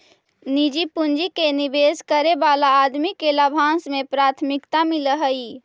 निजी पूंजी के निवेश करे वाला आदमी के लाभांश में प्राथमिकता मिलऽ हई